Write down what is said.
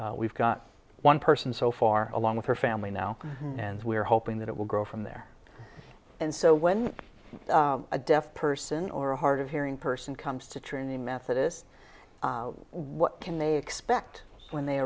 we've got one person so far along with her family now and we're hoping that it will grow from there and so when a deaf person or a hard of hearing person comes to trinity methodist what can they expect when they